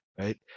right